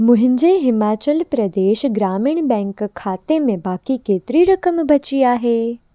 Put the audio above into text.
मुंहिंजे हिमाचल प्रदेश ग्रामीण बैंक खाते में बाक़ी केतिरी रक़म बची आहे